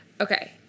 okay